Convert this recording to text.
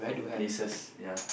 places ya